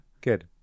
good